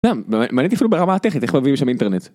גם, מעניין אותי אפילו ברמה הטכנית, איך מביאים משם אינטרנט.